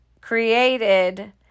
created